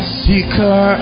seeker